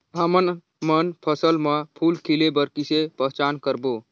हमन मन फसल म फूल खिले बर किसे पहचान करबो?